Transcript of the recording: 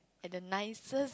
and the nicest